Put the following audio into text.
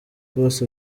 bose